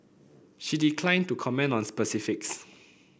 she declined to comment on specifics